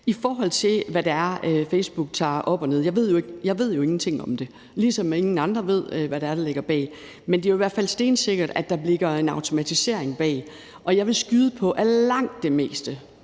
I forhold til hvad det er, Facebook tager op og ned, ved jeg jo ingenting om det, ligesom ingen andre ved, hvad der ligger bag. Men det er i hvert fald stensikkert, at der ligger en automatisering bag. Og jeg vil skyde på, at langt det meste